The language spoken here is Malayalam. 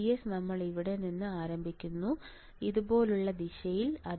VDS നമ്മൾ ഇവിടെ നിന്ന് ആരംഭിക്കുന്നു ഇതുപോലുള്ള ദിശയിൽ